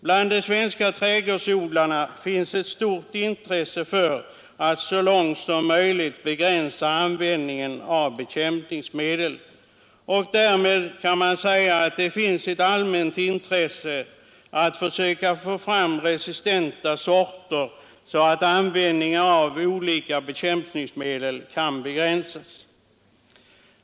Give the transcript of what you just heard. Bland de svenska trädgårdsodlarna finns ett stort intresse för att så långt som möjligt begränsa användningen av bekämpningsmedel. Därmed kan man säga att det finns ett allmänt intresse av att få fram resistenta sorter, så att användningen av olika bekämpningsmedel kan begränsas.